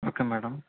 okay madam